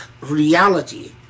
reality